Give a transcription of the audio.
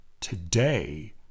today